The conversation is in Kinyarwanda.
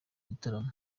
gitaramo